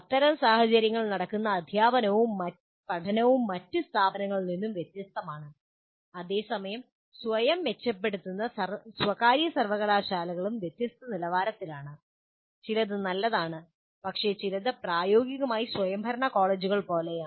അത്തരം സാഹചര്യങ്ങളിൽ നടക്കുന്ന അധ്യാപനവും പഠനവും മറ്റ് സ്ഥാപനങ്ങളിൽ നിന്ന് വളരെ വ്യത്യസ്തമാണ് അതേസമയം സ്വയം മെച്ചപ്പെടുത്തുന്ന സ്വകാര്യ സർവ്വകലാശാലകളും വ്യത്യസ്ത നിലവാരത്തിലാണ് ചിലത് നല്ലതാണ് പക്ഷേ ചിലത് പ്രായോഗികമായി സ്വയംഭരണ കോളേജുകൾ പോലെയാണ്